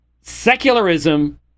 Secularism